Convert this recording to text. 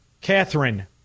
Catherine